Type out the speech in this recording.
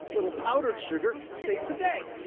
little powdered sugar saves the day.